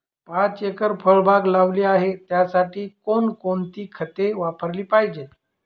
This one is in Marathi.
पाच एकर फळबाग लावली आहे, त्यासाठी कोणकोणती खते वापरली पाहिजे?